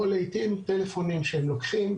או לעיתים טלפונים שהם לוקחים